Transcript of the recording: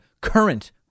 current